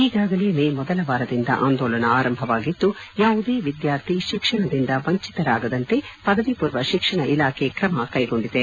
ಈಗಾಗಲೇ ಮೇ ಮೊದಲ ವಾರದಿಂದ ಆಂದೋಲನ ಆರಂಭವಾಗಿದ್ದು ಯಾವುದೇ ವಿದ್ಯಾರ್ಥಿ ಶಿಕ್ಷಣದಿಂದ ವಂಚಿತರಾಗದಂತೆ ಪದವಿ ಪೂರ್ವ ಶಿಕ್ಷಣ ಇಲಾಖೆ ಕ್ರಮ ತೆಗೆದುಕೊಂಡಿದೆ